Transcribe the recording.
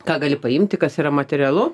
ką gali paimti kas yra materialu